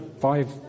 five